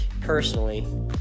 personally